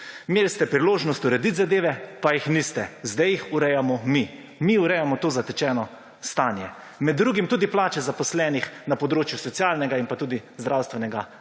Imeli ste priložnost uredit zadeve, pa jih niste. Zdaj jih urejamo mi. Mi urejamo to zatečeno stanje. Med drugim tudi plače zaposlenih na področju socialnega in pa tudi zdravstvenega